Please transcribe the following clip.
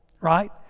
right